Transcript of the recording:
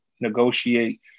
negotiate